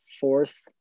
fourth